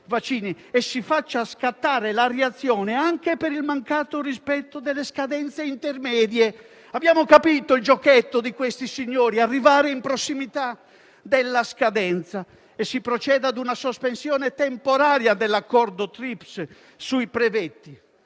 e si faccia scattare la reazione anche per il mancato rispetto delle scadenze intermedie. Abbiamo capito il giochetto di questi signori: arrivare in prossimità della scadenza. Si proceda a una sospensione temporanea dell'accordo TRIPs (Trade